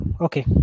okay